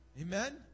Amen